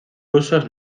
rusos